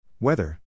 Weather